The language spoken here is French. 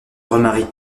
remarie